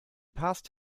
passed